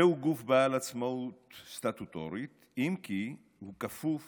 זהו גוף בעל עצמאות סטטוטורית, אם כי הוא כפוף